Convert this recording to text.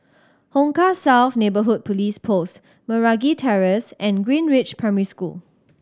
Hong Kah South Neighbourhood Police Post Meragi Terrace and Greenridge Primary School